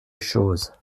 choses